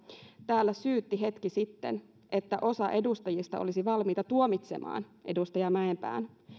täällä syytti hetki sitten että osa edustajista olisi valmiita tuomitsemaan edustaja mäenpään